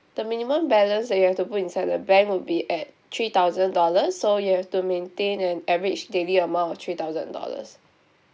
the minimum balance that you have to put inside the bank would be at three thousand dollars so you have to maintain an average daily amount of three thousand dollars